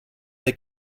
they